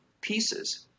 pieces